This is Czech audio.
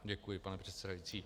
Děkuji, pane předsedající.